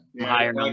higher